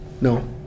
No